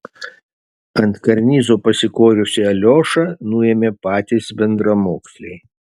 ant karnizo pasikorusį aliošą nuėmė patys bendramoksliai